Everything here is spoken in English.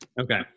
Okay